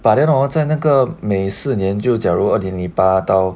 but then hor 在那个每四年就假如二零一八到